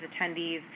attendees